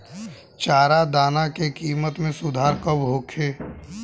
चारा दाना के किमत में सुधार कब होखे?